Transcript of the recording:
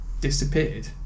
disappeared